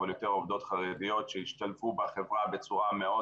אבל יותר עובדות חרדיות שהשתלבו בחברה בצורה מאוד